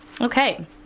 Okay